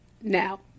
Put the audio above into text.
now